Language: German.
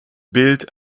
bild